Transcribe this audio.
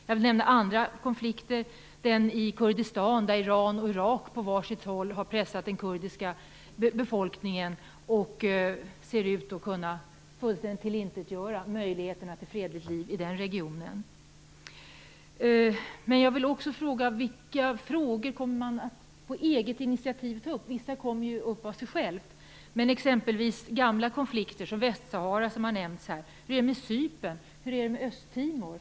Jag kan nämna andra konflikter, såsom den i Kurdistan där Iran och Irak på var sitt håll har pressat den kurdiska befolkningen och ser ut att kunna fullständigt tillintetgöra möjligheten till fredligt liv i den regionen. Jag undrar också vilka frågor man på eget initiativ kommer att ta upp. Vissa frågor kommer ju upp av sig själva. Men hur blir det med gamla konflikter som exempelvis Västsahara som nämnts här? Hur är det med Cypern? Hur är det med Östtimor?